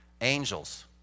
Angels